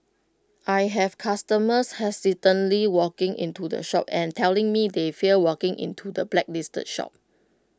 I have customers hesitantly walking into the shop and telling me they fear walking into the blacklisted shops